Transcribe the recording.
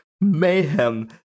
mayhem